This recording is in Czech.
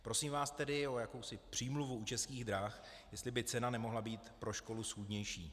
Prosím vás tedy o jakousi přímluvu u Českých drah, jestli by cena nemohla být pro školu schůdnější.